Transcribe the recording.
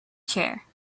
chair